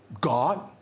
God